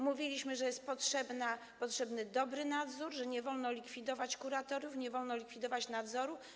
Mówiliśmy, że jest potrzebny dobry nadzór, że nie wolno likwidować kuratoriów, nie wolno likwidować nadzoru.